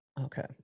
Okay